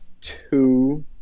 two